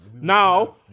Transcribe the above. now